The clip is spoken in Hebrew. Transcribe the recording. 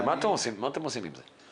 ומה אתם עושים עם זה?